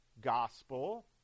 gospel